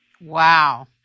Wow